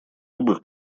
любых